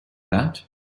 that